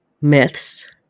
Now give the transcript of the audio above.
myths